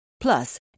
Plus